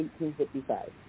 1855